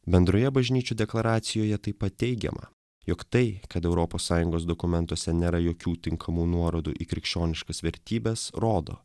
bendroje bažnyčių deklaracijoje taip pat teigiama jog tai kad europos sąjungos dokumentuose nėra jokių tinkamų nuorodų į krikščioniškas vertybes rodo